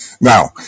Now